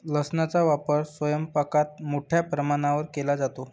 लसणाचा वापर स्वयंपाकात मोठ्या प्रमाणावर केला जातो